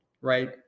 right